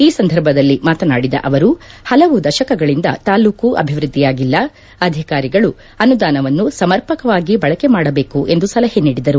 ಈ ಸಂದರ್ಭದಲ್ಲಿ ಮಾತನಾಡಿದ ಅವರು ಹಲವು ದಶಕಗಳಿಂದ ತಾಲ್ಲೂಕು ಅಭಿವೃದ್ದಿಯಾಗಿಲ್ಲ ಅಧಿಕಾರಿಗಳು ಅನುದಾನವನ್ನು ಸಮರ್ಪಕವಾಗಿ ಬಳಕೆ ಮಾಡಬೇಕು ಎಂದು ಸಲಹೆ ನೀಡಿದರು